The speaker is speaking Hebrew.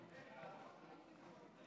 התש"ף